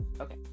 okay